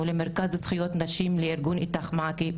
למרכז לזכויות נשים לארגון "איתך מעכי",